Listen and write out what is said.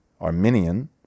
Arminian